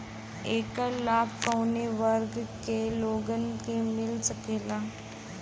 ऐकर लाभ काउने वर्ग के लोगन के मिल सकेला?